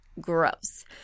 gross